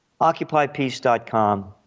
Occupypeace.com